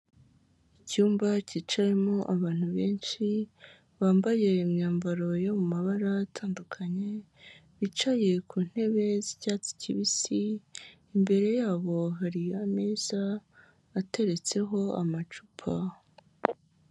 Icyumba cyicayemo abantu benshi, bambaye imyambaro yo mu mabara atandukanye, bicaye ku ntebe z'icyatsi kibisi, imbere yabo hariyo ameza ateretseho amacupa.